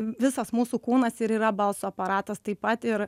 visas mūsų kūnas ir yra balso aparatas taip pat ir